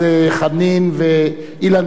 חנין ואילן גלאון,